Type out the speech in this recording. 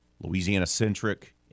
Louisiana-centric